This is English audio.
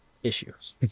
Issues